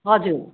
हजुर